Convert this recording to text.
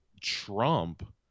Trump